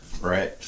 Right